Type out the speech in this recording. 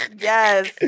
Yes